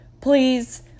Please